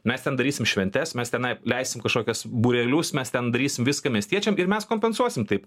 mes ten darysim šventes mes tenai leisim kažkokias būrelius mes ten darysim viską miestiečiam ir mes kompensuosim taip